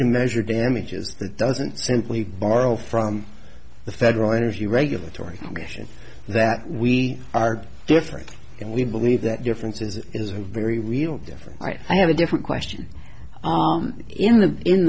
to measure damages that doesn't simply borrow from the federal energy regulatory commission that we are different and we believe that differences is a very real difference i have a different question